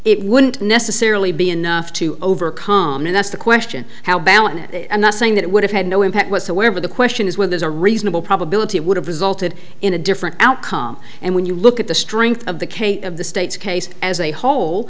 it wouldn't necessarily be enough to overcome and that's the question how balun it i'm not saying that it would have had no impact whatsoever the question is where there's a reasonable probability it would have resulted in a different outcome and when you look at the strength of the cape of the state's case as a whole